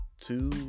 two